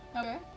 Okay